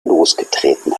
losgetreten